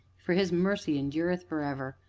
for his mercy endureth forever!